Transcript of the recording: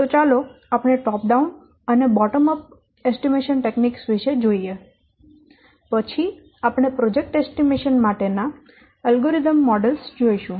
તો ચાલો આપણે ટોપ ડાઉન અને બોટમ અપ અંદાજ તકનીકો વિશે જોઈએ પછી આપણે પ્રોજેક્ટ અંદાજ માટેના અલ્ગોરિધ્મિક મોડેલો જોઈશું